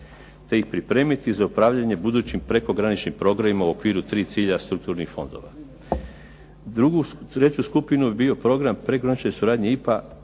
te ih pripremiti za upravljanje budućim prekograničnim programima u okviru tri cilja strukturnih fondova. Treću skupinu bi bio program prekogranične suradnje IPA,